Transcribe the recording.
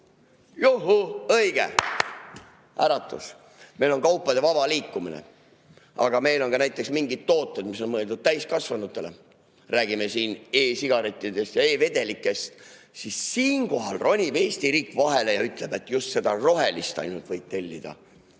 käsi.) Äratus! Meil on kaupade vaba liikumine. Aga meil on ka näiteks mingid tooted, mis on mõeldud täiskasvanutele. Kui räägime e‑sigarettidest ja e‑vedelikest, siis siinkohal ronib Eesti riik vahele ja ütleb, et just seda rohelist võid ainult tellida,